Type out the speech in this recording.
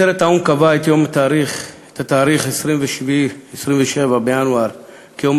עצרת האו"ם קבעה את יום 27 בינואר כיום